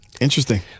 Interesting